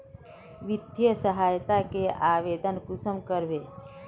वित्तीय सहायता के आवेदन कुंसम करबे?